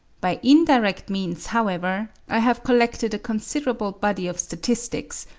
by indirect means, however, i have collected a considerable body of statistics,